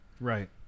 Right